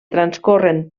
transcorren